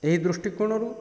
ଏହି ଦୃଷ୍ଟିକୋଣରୁ